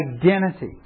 identity